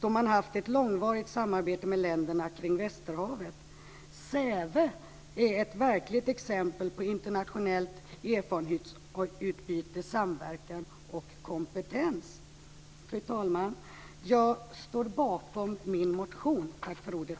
då man har haft ett långvarigt samarbete med länderna kring västerhavet. Säve är ett verkligt exempel på internationellt erfarenhetsutbyte, samverkan och kompetens. Fru talman! Jag står bakom min motion. Tack för ordet!